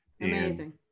Amazing